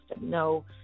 No